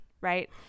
right